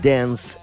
Dance